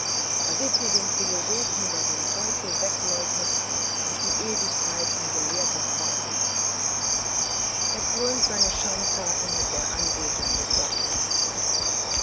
da seht mir den philosophen der den teufel wegleugnet und die ewigkeit in gelehrte zweifel bringt er krönt seine schandtaten mit der anbetung des satans